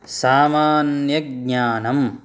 सामान्यज्ञानम्